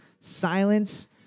Silence